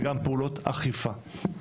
וגם פעולות אכיפה,